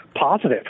positive